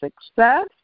success